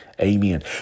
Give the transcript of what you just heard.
amen